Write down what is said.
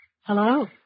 Hello